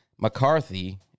McCarthy